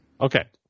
Okay